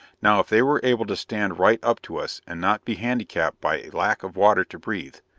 now if they were able to stand right up to us and not be handicapped by lack of water to breathe.